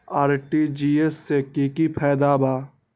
RTGS से की की फायदा बा?